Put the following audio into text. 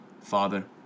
Father